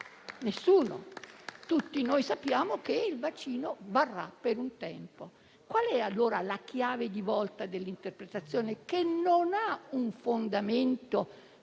Tutti sappiamo che il vaccino varrà per un tempo determinato. Qual è allora la chiave di volta dell'interpretazione che non ha un fondamento